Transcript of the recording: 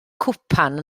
cwpan